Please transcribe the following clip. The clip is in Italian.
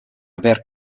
aver